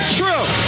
true